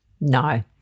No